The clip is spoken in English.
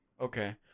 Okay